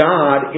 God